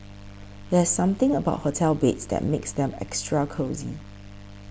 there's something about hotel beds that makes them extra cosy